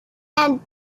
and